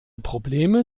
probleme